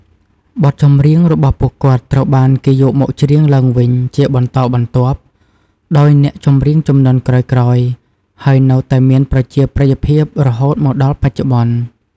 បទចម្រៀងរបស់ពួកគាត់ត្រូវបានគេយកមកច្រៀងឡើងវិញជាបន្តបន្ទាប់ដោយអ្នកចម្រៀងជំនាន់ក្រោយៗ ហើយនៅតែមានប្រជាប្រិយភាពរហូតមកដល់បច្ចុប្បន្ន។